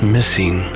Missing